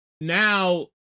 now